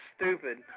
stupid